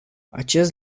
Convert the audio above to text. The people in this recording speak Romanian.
acest